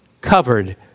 covered